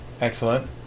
Excellent